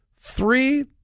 three